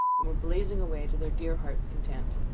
and were blazing away to their dear hearts' content.